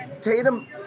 Tatum